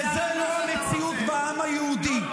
וזה לא המציאות בעם היהודי.